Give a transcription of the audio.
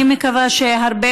אני מקווה שהרבה